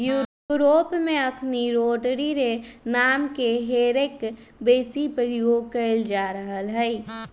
Europe में अखनि rotary रे नामके हे रेक बेशी प्रयोग कएल जा रहल हइ